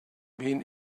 been